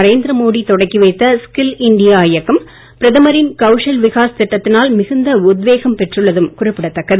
நரேந்திர மோடி தொடக்கி வைத்த skill India இயக்கம் பிரதமரின் கவுஷல் விகாஸ் திட்டத்தினால் மிகுந்த உத்வேகம் பெற்றுள்ளதும் குறிப்பிடத்தக்கது